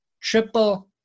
triple